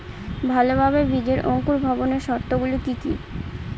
ভালোভাবে বীজের অঙ্কুর ভবনের শর্ত গুলি কি কি?